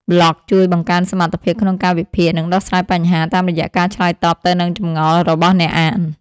ប្លក់ជួយបង្កើនសមត្ថភាពក្នុងការវិភាគ និងដោះស្រាយបញ្ហា តាមរយៈការឆ្លើយតបទៅនឹងចម្ងល់របស់អ្នកអាន។